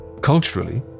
Culturally